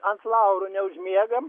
ant laurų neužmiega